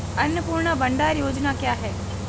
अन्नपूर्णा भंडार योजना क्या है?